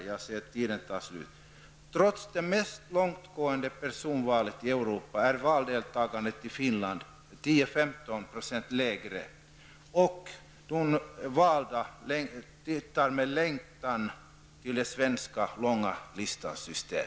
Trots att man har det mest långtgående personvalet i Europa är valdeltagandet i Finland 10--15 % lägre. De valda tittar med längtan på de svenska systemet med låna listor.